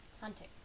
Hunting